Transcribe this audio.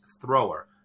thrower